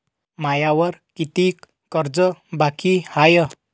मायावर कितीक कर्ज बाकी हाय?